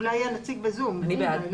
אני בעד.